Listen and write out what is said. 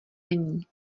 není